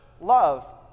love